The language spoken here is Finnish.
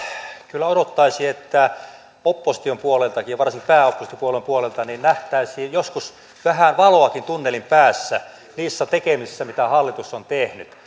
kyllä odottaisi että opposition puoleltakin ja varsinkin pääoppositiopuolueen puolelta nähtäisiin joskus vähän valoakin tunnelin päässä niissä tekemisissä mitä hallitus on tehnyt